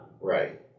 Right